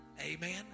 Amen